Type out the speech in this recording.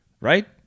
right